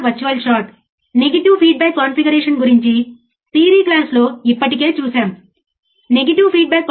కాబట్టి చిత్రంలో చూపిన విధంగా మీరు ఎక్కడైనా సర్క్యూట్ను కనెక్ట్ చేయవచ్చు